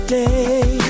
day